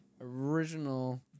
Original